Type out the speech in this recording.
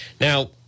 Now